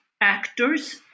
actors